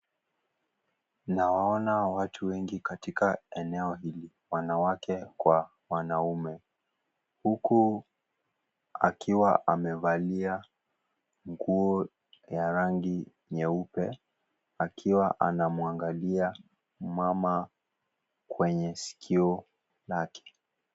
Nawaona watu wengi katika eneo hili, wanawake kwa wanaume. Huku akiwa amevalia nguo ya rangi nyeupe, akiwa anamwangalia mama kwenye sikio lake.